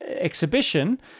exhibition